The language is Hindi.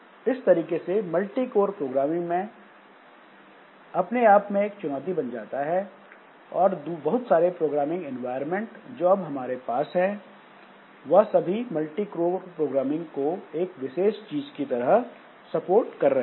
इस तरीके से मल्टीकोर प्रोग्रामिंग अपने आप में एक चुनौती बन जाता है और बहुत सारे प्रोग्रामिंग इन्वायरमेंट जो अब हमारे पास हैं वह सभी मल्टीकोर प्रोग्रामिंग को एक विशेष चीज की तरह सपोर्ट कर रहे हैं